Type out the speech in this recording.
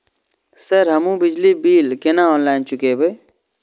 Sir हमू बिजली bill केना ऑनलाईन चुकेबे?